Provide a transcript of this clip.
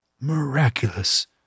Miraculous